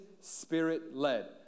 spirit-led